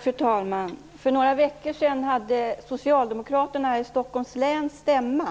Fru talman! För några veckor sedan hade socialdemokraterna här i Stockholms län stämma.